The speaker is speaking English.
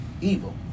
evil